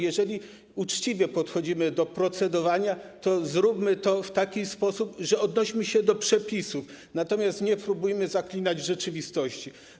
Jeżeli uczciwie podchodzimy do procedowania, to zróbmy to w taki sposób, że odnośmy się do przepisów, natomiast nie próbujmy zaklinać rzeczywistości.